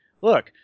look